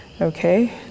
okay